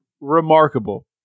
remarkable